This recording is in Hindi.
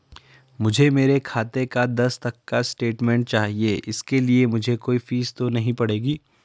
मुझे मेरे खाते का दस तक का स्टेटमेंट चाहिए इसके लिए मुझे कोई फीस तो नहीं पड़ेगी?